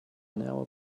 now